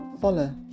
Follow